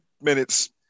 minutes